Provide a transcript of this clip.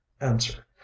answer